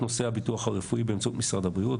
"ובכפוף להסדרת נושא הביטוח הרפואי באמצעות משרד הבריאות.